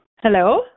Hello